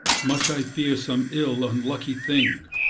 much i fear some ill unlucky thing.